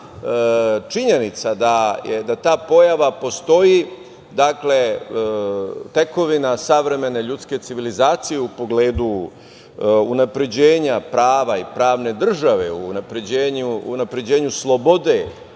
činjenica da ta pojava postoji, tekovina savremene ljudske civilizacije u pogledu unapređenja prava i pravne države, unapređenju slobode